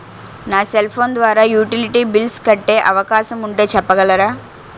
నా cell phone ద్వారా utility bills కట్టే అవకాశం ఉంటే చెప్పగలరా?